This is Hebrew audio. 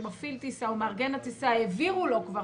שמפעיל טיסה או מארגן הטיסה העבירו לו כבר